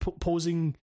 posing